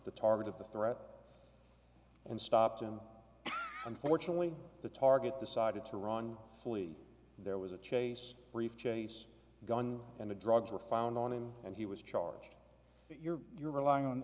the target of the threat and stopped him unfortunately the target decided to run flee there was a chase brief chase gun and the drugs were found on him and he was charged you're you're relying on